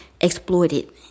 exploited